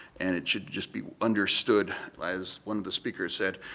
and it should just be understood, like as one of the speakers said,